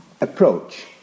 approach